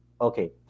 Okay